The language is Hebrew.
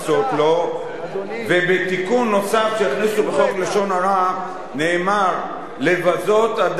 ובתיקון נוסף שהכניסו בחוק לשון הרע נאמר: לבזות אדם בשל גזעו,